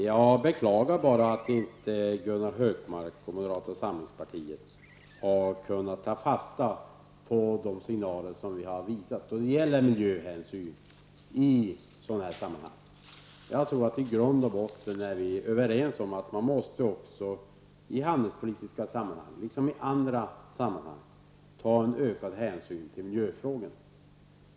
Jag beklagar bara att inte Gunnar Hökmark och moderata samlingspartiet har kunnat ta fasta på de signaler som vi har visat då det gäller miljöhänsyn i sådana här sammanhang. I grund och botten tror jag att vi är överens om att man också i handelspolitiska sammanhang, liksom i andra sammanhang, måste ta ökad hänsyn till miljöfrågorna.